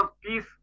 peace